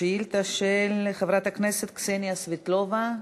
שאילתה של חברת הכנסת קסניה סבטלובה.